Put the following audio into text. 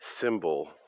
symbol